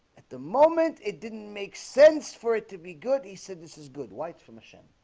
at the moment it didn't make sense for it to be good. he said this is good whites from a ship